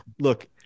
look